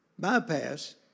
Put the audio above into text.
bypass